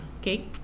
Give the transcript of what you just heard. okay